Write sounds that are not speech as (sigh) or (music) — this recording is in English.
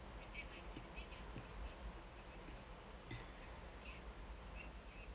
(noise)